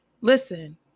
Listen